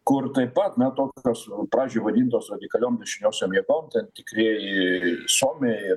kur taip pat na tokios pradžioj vadintos radikaliom dešiniosiom jėgom ten tikrieji suomiai